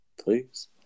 Please